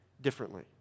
differently